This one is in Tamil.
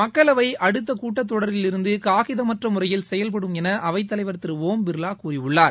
மக்களவை அடுத்த கூட்டத்தொடரிலிருந்து காகிதமற்ற முறையில் செயல்படும் என அவைத் தலைவர் திரு ஓம் பிர்லா கூறியுள்ளார்